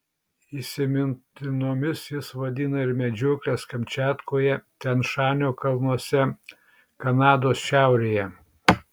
įsimintinomis jis vadina ir medžiokles kamčiatkoje tian šanio kalnuose kanados šiaurėje